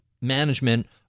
management